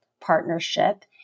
partnership